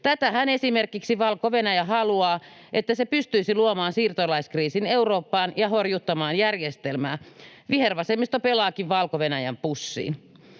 Tätähän esimerkiksi Valko-Venäjä haluaa, että se pystyisi luomaan siirtolaiskriisin Eurooppaan ja horjuttamaan järjestelmää. Vihervasemmisto pelaakin Valko-Venäjän pussiin.